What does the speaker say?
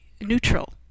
neutral